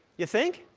you think?